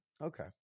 Okay